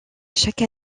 chaque